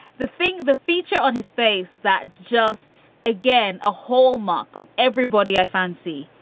the thing the feature on his face that just again, a whole mock of everybody, i fancy